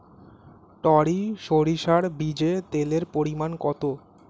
টরি সরিষার বীজে তেলের পরিমাণ কত?